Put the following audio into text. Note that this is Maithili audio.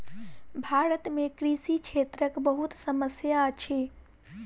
भारत में कृषि क्षेत्रक बहुत समस्या अछि